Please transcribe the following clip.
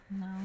No